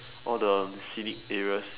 all the scenic areas